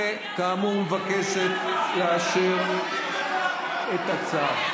שכאמור מבקשת לאשר את הצו.